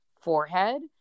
forehead